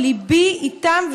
שליבי איתם,